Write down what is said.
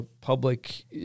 public